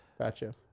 Gotcha